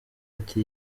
ati